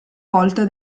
volta